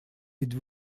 êtes